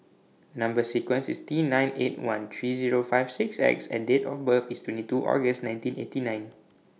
Number sequence IS T nine eight one three Zero five six X and Date of birth IS twenty two August nineteen eighty nine